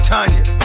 Tanya